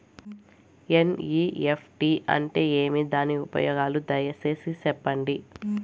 NEFT అంటే ఏమి? దాని ఉపయోగాలు దయసేసి సెప్పండి?